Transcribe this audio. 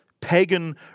Pagan